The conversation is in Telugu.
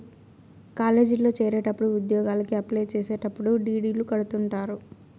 కాలేజీల్లో చేరేటప్పుడు ఉద్యోగలకి అప్లై చేసేటప్పుడు డీ.డీ.లు కడుతుంటారు